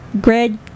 Greg